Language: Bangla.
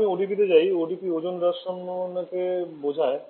এখন আমি ওডিপিতে যাই ওডিপি ওজোন হ্রাস সম্ভাবনাকে বোঝায়